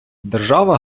держава